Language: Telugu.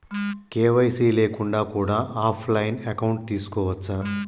కే.వై.సీ లేకుండా కూడా ఆఫ్ లైన్ అకౌంట్ తీసుకోవచ్చా?